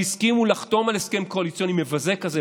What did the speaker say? שהסכימו לחתום על הסכם קואליציוני מבזה כזה,